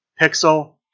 Pixel